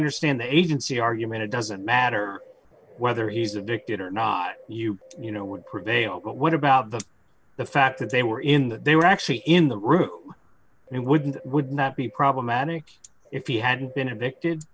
understand the agency argument it doesn't matter whether he's addicted or not you you know would prevail but what about the the fact that they were in that they were actually in the room and would and would not be problematic if he had been addicted